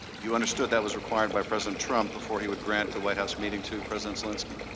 you understood that was required by president trump before he would grant the white house meeting to president zelensky?